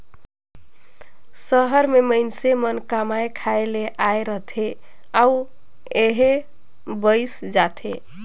सहर में मइनसे मन कमाए खाए ले आए रहथें अउ इहें बइस जाथें